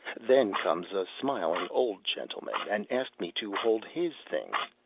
then comes a smiling old gentleman and asked me to hold his things.